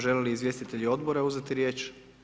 Žele li izvjestitelji odbora uzeti riječ?